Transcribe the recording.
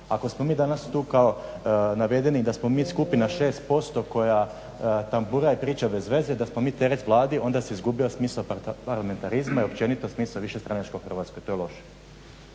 ako smo mi danas tu navedeni i da smo mi skupina 6% koja tambura i priča bez veze i da smo mi teret vladi onda se izgubio smisao parlamentarizma i općenito višestranačja u Hrvatskoj. To je loše.